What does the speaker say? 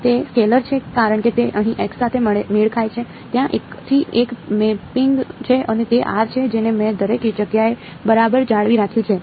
તે સ્કેલર છે કારણ કે તે અહીં x સાથે મેળ ખાય છે ત્યાં એકથી એક મેપિંગ છે અને તે r છે જેને મેં દરેક જગ્યાએ બરાબર જાળવી રાખ્યું છે